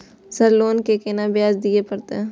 Sir loan के केना ब्याज दीये परतें?